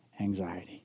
anxiety